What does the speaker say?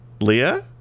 Leah